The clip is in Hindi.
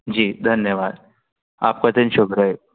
जी धन्यवाद आपका दिन शुभ रहें